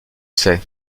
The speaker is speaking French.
sait